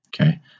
okay